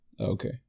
Okay